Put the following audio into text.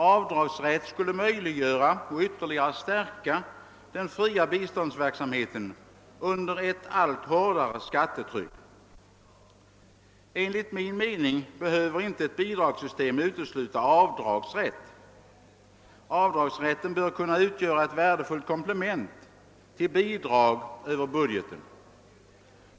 Avdragsrätt skulle möjliggöra och ytterligare stärka den fria biståndsverksamheten under ett allt hårdare skattetryck. Enligt min mening behöver inte ett bidragssystem utesluta avdragsrätt. Avdragsrätten bör kunna utgöra ett värdefullt komplement till bidrag över budgeten.